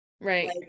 right